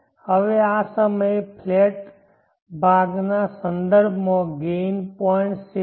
હવે આ સમયે ફ્લેટ ભાગના સંદર્ભમાં ગેઇન 0